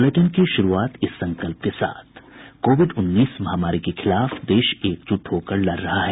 bulletin की शुरूआत से पहले ये संकल्प कोविड उन्नीस महामारी के खिलाफ देश एकजुट होकर लड़ रहा है